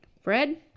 Fred